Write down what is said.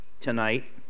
tonight